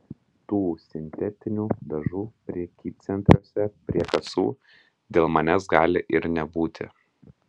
tų sintetinių dažų prekybcentriuose prie kasų dėl manęs gali ir nebūti